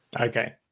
Okay